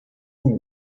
who